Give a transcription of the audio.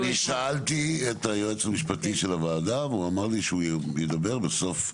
אני שאלתי את היועץ המשפטי של הוועדה והוא אמר לי שהוא ידבר בסוף.